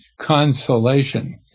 consolation